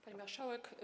Pani Marszałek!